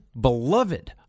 beloved